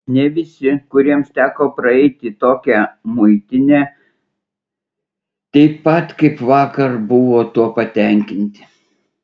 ne visi kuriems teko praeiti tokią muitinę taip pat kaip vakar buvo tuo patenkinti